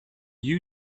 you